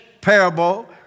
parable